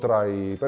but i but